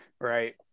Right